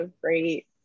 great